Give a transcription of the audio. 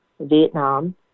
vietnam